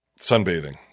sunbathing